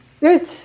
Good